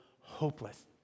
hopeless